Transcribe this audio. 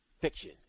Fiction